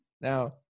now